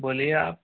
बोलिए आप